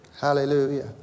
Hallelujah